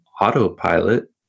autopilot